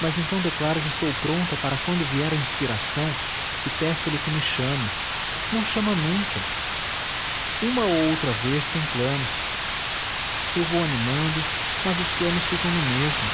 mas então declaro que estou pronta para quando vier a inspiração e peço-lhe que me chame não chama nunca uma ou outra vez tem planos eu vou animando mas os planos ficam no mesmo